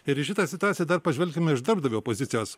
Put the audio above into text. ir į šitą situaciją dar pažvelkime iš darbdavio pozicijos